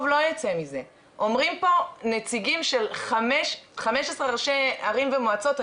אומרים פה נציגים של 15 ראשי ערים ומועצות,